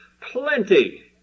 plenty